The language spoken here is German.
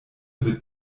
wird